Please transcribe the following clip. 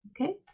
Okay